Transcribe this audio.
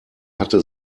hatte